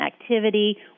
activity